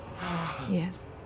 Yes